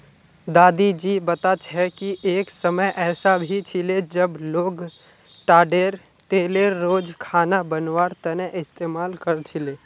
दादी जी बता छे कि एक समय ऐसा भी छिले जब लोग ताडेर तेलेर रोज खाना बनवार तने इस्तमाल कर छीले